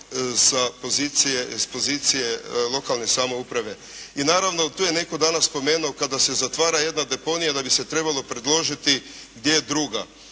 sa pozicije lokalne samouprave. I naravno, tu je netko danas spomenuo, kada se zatvara jedna deponija da bi se trebalo predložiti gdje je druga.